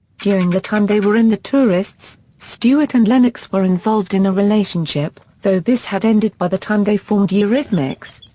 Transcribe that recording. during the time they were in the tourists stewart and lennox were involved in a relationship, though this had ended by the time they formed eurythmics.